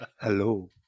Hello